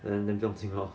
and then 不用紧 lor